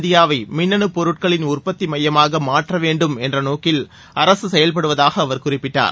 இந்தியாவை மின்னணு பொருட்களின் உற்பத்தி மையமாக மாற்ற வேண்டும் என்ற நோக்கில் அரசு செயல்படுவதாக அவர் குறிப்பிட்டார்